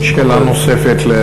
שאלה נוספת.